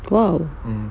!wow!